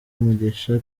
mugisha